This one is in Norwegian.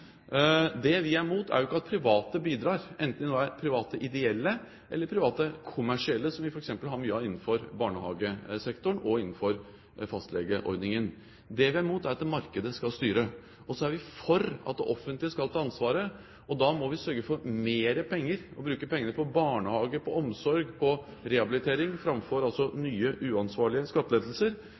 Det vi er mot, er jo ikke at private bidrar, enten de nå er private ideelle eller private kommersielle, som vi f.eks. har mye av innenfor barnehagesektoren og innenfor fastlegeordningen. Det vi er mot, er at markedet skal styre. Så er vi for at det offentlige skal ta ansvaret, og da må vi sørge for mer penger og bruke pengene på barnehage, på omsorg og på rehabilitering framfor nye, uansvarlige skattelettelser.